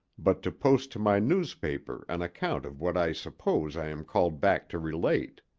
but to post to my newspaper an account of what i suppose i am called back to relate.